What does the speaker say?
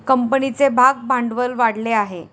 कंपनीचे भागभांडवल वाढले आहे